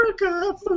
America